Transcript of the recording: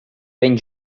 ben